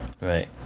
right